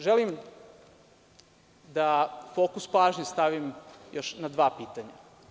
Želim da fokus pažnje stavim još na dva pitanja.